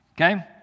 Okay